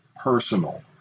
personal